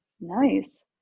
Nice